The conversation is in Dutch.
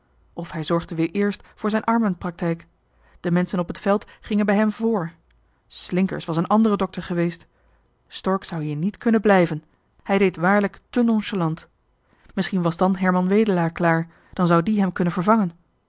of hij zorgde weer éérst voor zijn armenpraktijk de menschen op het veld gingen bij hem vr slinkers was een andere dokter geweest stork zou hier niet kunnen blijven hij deed waarlijk te nonchalant misschien was dan herman wedelaar klaar dan zou johan de meester de zonde in het deftige dorp die hem kunnen vervangen